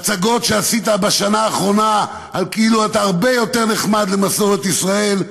ההצגות שעשית בשנה האחרונה על כאילו אתה הרבה יותר נחמד למסורת ישראל,